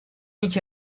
iki